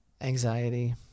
anxiety